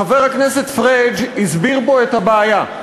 חבר הכנסת פריג' הסביר פה את הבעיה.